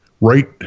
right